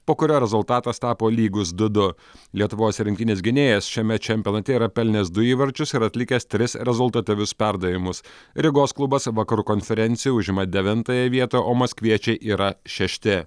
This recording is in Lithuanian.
po kurio rezultatas tapo lygus du du lietuvos rinktinės gynėjas šiame čempionate yra pelnęs du įvarčius ir atlikęs tris rezultatyvius perdavimus rygos klubas vakarų konferencijoje užima devintąją vietą o maskviečiai yra šešti